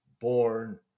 born